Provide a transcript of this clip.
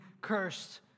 cursed